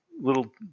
little